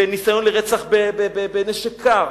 בניסיון לרצח בנשק קר,